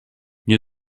nie